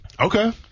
okay